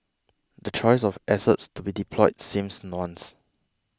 the choice of assets to be deployed seems nuanced